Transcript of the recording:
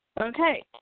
Okay